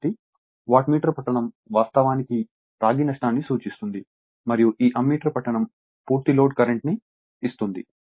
కాబట్టి watt meter పఠనం వాస్తవానికి రాగి నష్టాన్ని సూచిస్తుంది మరియు ఈ అమ్మీటర్ పఠనం పూర్తి లోడ్ కరెంట్ ని ఇస్తుంది